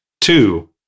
two